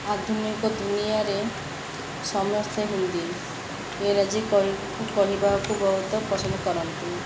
ଆଧୁନିକ ଦୁନିଆରେ ସମସ୍ତେ ହିନ୍ଦୀ ଇଂରାଜୀ କହିବାକୁ ବହୁତ ପସନ୍ଦ କରନ୍ତି